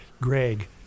Greg